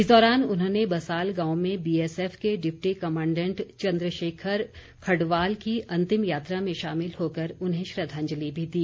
इस दौरान उन्होंने बसाल गांव में बीएसएफ के डिप्टी कमांडैंट चंद्रशेखर खडवाल की अंतिम यात्रा में शामिल होकर उन्हें श्रद्वांजलि भी दी